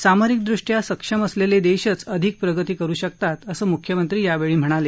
सामरिक दृष्टया सक्षम असलेले देश अधिक प्रगती करु शकतात असं मुख्यमंत्री यावेळी म्हणाले